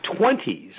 20s